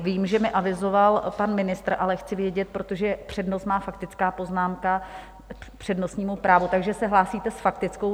Vím, že mi avizoval pan ministr, ale chci vědět, protože přednost má faktická poznámka k přednostnímu právu, takže se hlásíte s faktickou?